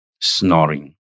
Snoring